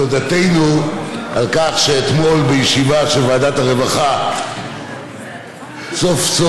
את תודתנו על כך שאתמול בישיבה של ועדת הרווחה סוף-סוף,